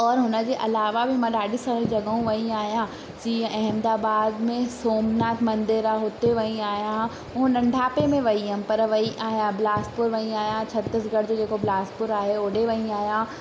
और हुन जे अलावा बि मां ॾाढियूं सारी जॻहि वई आहियां जीअं अहमदाबाद में सोमनाथ मंदरु आहे हुते वई आहियां हूअं नंढापे में वई हुअमि पर वई आहियां बिलासपुर वई आहियां छत्तीसगढ़ जो जेको बिलासपुर आहे ओॾे वई आहियां और गोरखपुर वई अहियां नेपाल वई अहियां हाणे मुंहिंजी बुआ जी शादी आहे नेपाल में त नेपाल बि वेंदमि अञा बि ॾाढी सारियूं हेड़ियूं जॻहियूं आहिनि जिते मां घुमणु वई आहियां